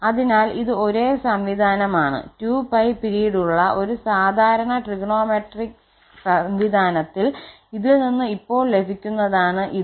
അതിനാൽ ഇത് ഒരേ സംവിധാനമാണ്2𝜋 പീരീഡ് ഉള്ള ഒരു സാധാരണ ത്രികോണമിട്രി വ്യവസ്ഥ ഇതിൽ നിന്ന് ഇപ്പോൾ ലഭിക്കുന്നതാണ് ഇത്